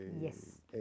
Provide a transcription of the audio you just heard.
Yes